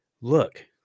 look